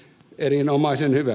erinomaisen hyvä